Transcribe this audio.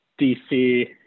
DC